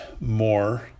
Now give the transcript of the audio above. more